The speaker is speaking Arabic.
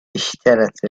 اشترت